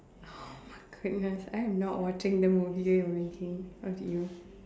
oh my goodness I am not watching the movie you're making of you